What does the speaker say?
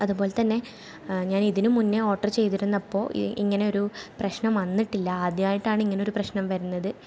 അതുപോലെ തന്നെ ഞാൻ ഇതിന് മുന്നേ ഓർഡർ ചെയ്തിരുന്നപ്പോൾ ഇങ്ങനെ ഒരു പ്രശ്നം വന്നിട്ടില്ല ആദ്യമായിട്ടാണ് ഇങ്ങനൊരു പ്രശ്നം വരുന്നത്